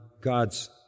God's